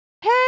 hey